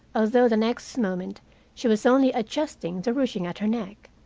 although the next moment she was only adjusting the ruching at her neck.